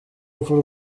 urupfu